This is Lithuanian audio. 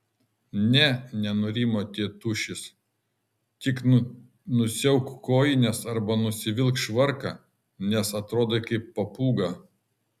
ne nenurimo tėtušis tik nusiauk kojines arba nusivilk švarką nes atrodai kaip papūga